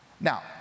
Now